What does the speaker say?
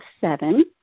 seven